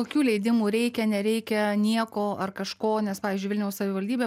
kokių leidimų reikia nereikia nieko ar kažko nes pavyzdžiui vilniaus savivaldybė